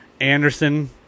Anderson